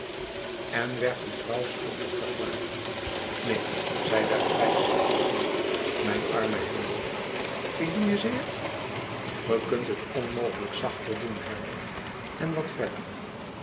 en werd die vrouw schuldig verklaard neen zij werd vrijgesproken mijn arme handel ik doe je zeer ge kunt het onmogelijk zachter doen herbert en wat verder